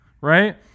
Right